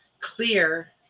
clear